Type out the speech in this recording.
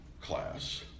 class